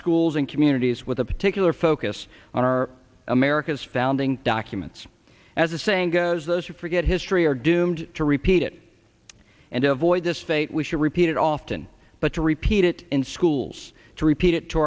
schools and communities with a particular focus on our america's founding documents as the saying goes those who forget history are doomed to repeat it and avoid this fate we should repeat it often but to repeat it in schools to repeat it to